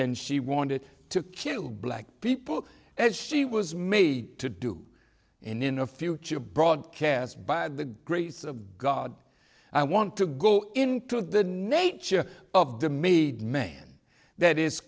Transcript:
and she wanted to kill black people as she was made to do in a future broadcast by the grace of god i want to go into the nature of the made man that is